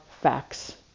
facts